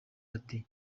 ati